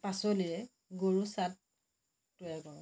পাচলিৰে গৰু চাট তৈয়াৰ কৰোঁ